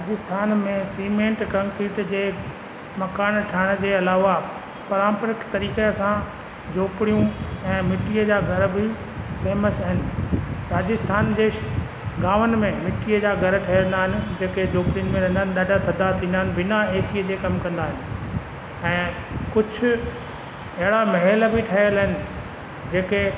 राजस्थान में cement concrete जे मकान ठाहिण जे अलावा परंपरिक तरीक़े सां झोपड़ियूं ऐं मिटीअ जा घर बि फेमस आहिनि राजस्थान जे गामनि में मिटीअ जा घर ठहियलु आहिनि जेके झोपड़ी में रहंदा आहिनि ॾाढा थधा थींदा आहिनि बिना एसी जे कमु कंदा आहिनि ऐं कुझु अहिड़ा महिल बि ठहियल आहिनि जेके